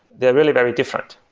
they're really very different.